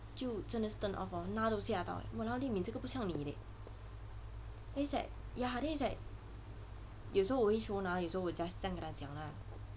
就真的是 turn off lor na 都吓到呃 walao li min 这个不像你叻